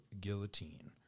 Guillotine